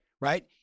right